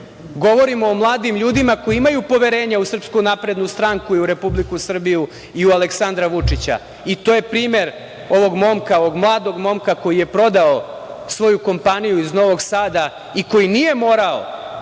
govorimo o mladim ljudima koji imaju poverenja u SNS i u Republiku Srbiju i u Aleksandra Vučića. To je primer ovog mladog momka koji je prodao svoju kompaniju iz Novog Sada i koji nije morao